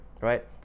right